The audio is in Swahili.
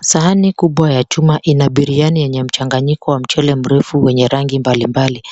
Sahani kubwa ya chuma ina biriani yenye mchanganyiko wa mchele mrefu wenye rangi mbalimbali.